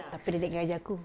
tapi dia naikkan gaji aku